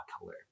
color